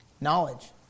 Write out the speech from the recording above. Knowledge